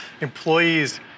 Employees